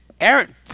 Aaron